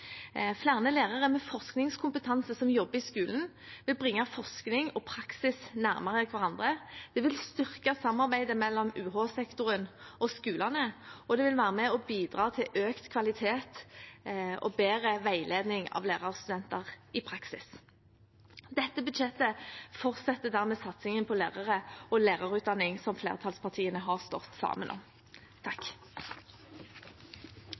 Flere lærere med forskningskompetanse som jobber i skolen, vil bringe forskning og praksis nærmere hverandre. Det vil styrke samarbeidet mellom UH-sektoren og skolene og bidra til økt kvalitet og bedre veiledning av lærerstudenter i praksis. Dette budsjettet fortsetter dermed satsingen på lærere og lærerutdanning som flertallspartiene har stått sammen om.